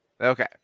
Okay